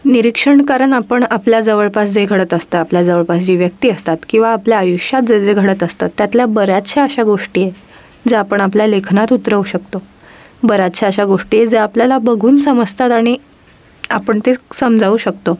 निरीक्षण कारण आपण आपल्या जवळपास जे घडत असतं आपल्या जवळपास जी व्यक्ती असतात किंवा आपल्या आयुष्यात जे जे घडत असतं त्यातल्या बऱ्याचशा अशा गोष्टी आहे ज्या आपण आपल्या लेखनात उतरवू शकतो बऱ्याचशा अशा गोष्टी आहे ज्या आपल्याला बघून समजतात आणि आपण ते समजाऊ शकतो